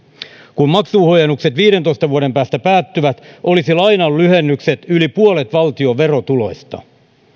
kun maksuhuojennukset viidentoista vuoden päästä päättyvät olisivat lainan lyhennykset yli puolet valtion verotuloista